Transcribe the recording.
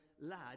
lad